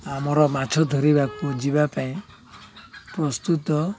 ଆମର ମାଛ ଧରିବାକୁ ଯିବା ପାଇଁ ପ୍ରସ୍ତୁତ